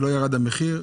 שלא ירד המחיר,